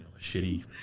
shitty